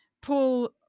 Paul